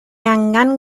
angan